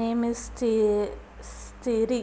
ನೇಮಿಸಿರ್ತಾರಿ?